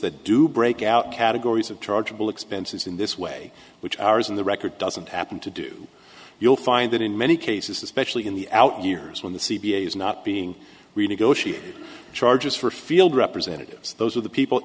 that do break out categories of chargeable expenses in this way which ours in the record doesn't happen to do you'll find that in many cases especially in the out years when the c b is not being renegotiated charges for field representatives those are the people